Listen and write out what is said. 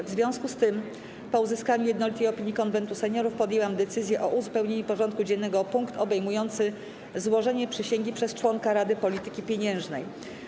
W związku z tym, po uzyskaniu jednolitej opinii Konwentu Seniorów, podjęłam decyzję o uzupełnieniu porządku dziennego o punkt obejmujący złożenie przysięgi przez członka Rady Polityki Pieniężnej.